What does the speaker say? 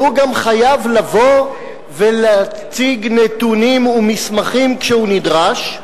והוא גם חייב לבוא ולהציג נתונים ומסמכים כשהוא נדרש.